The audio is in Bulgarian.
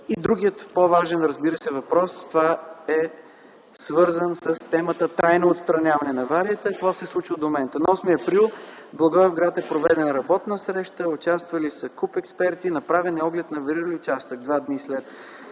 И другият по-важен въпрос е свързан с темата трайно отстраняване на аварията. Какво се случва до момента? На 8 април в Благоевград е проведена работна среща, участвали са куп експерти, направен е оглед на авариралия участък два дни след